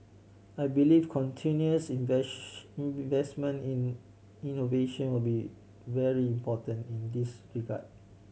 I believe continuous investment in innovation will be very important in this regard